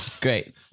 Great